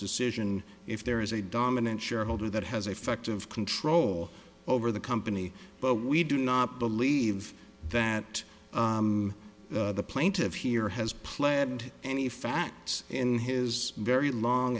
decision if there is a dominant shareholder that has effective control over the company but we do not believe that the plaintive here has pled and any facts in his very long